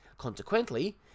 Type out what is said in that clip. Consequently